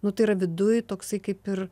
nu tai yra viduj toksai kaip ir